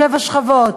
שבע שכבות,